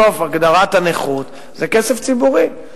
בסוף הגדרת הנכות זה כסף ציבורי,